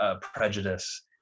prejudice